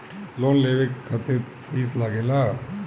Loan लेवे खातिर fees लागेला?